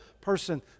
person